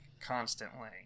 constantly